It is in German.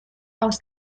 aus